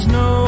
no